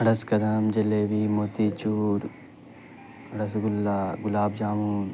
رس kadam jalebi motichoor rasgulla gulab jamun